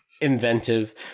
inventive